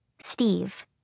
Steve